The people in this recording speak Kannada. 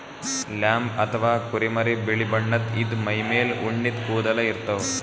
ಲ್ಯಾಂಬ್ ಅಥವಾ ಕುರಿಮರಿ ಬಿಳಿ ಬಣ್ಣದ್ ಇದ್ದ್ ಮೈಮೇಲ್ ಉಣ್ಣಿದ್ ಕೂದಲ ಇರ್ತವ್